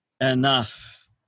enough